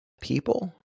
people